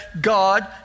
God